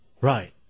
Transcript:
Right